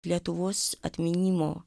lietuvos atminimo